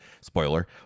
Spoiler